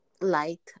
light